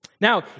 Now